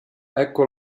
ecco